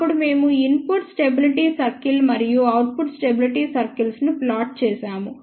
అప్పుడు మేము input stability circle మరియు అవుట్పుట్ స్టెబిలిటీ సర్కిల్ను ప్లాట్ చేసాము